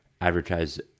advertise